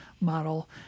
model